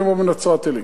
כמו בנצרת-עילית.